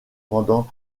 pendant